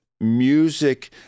music